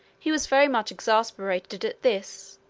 he was very much exasperated at this,